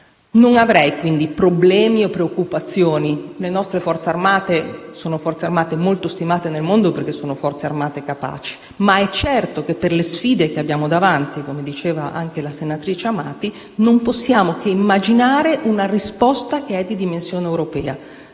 Non avrei quindi problemi o preoccupazioni. Le nostre forze armate sono molto stimate nel mondo perché capaci, ma è certo che per le sfide che abbiamo davanti - come diceva anche la senatrice Amati - non possiamo che immaginare una risposta che sia di dimensione europea.